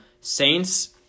Saints